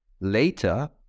later